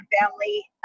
family